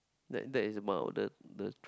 that that is about the the